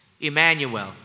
Emmanuel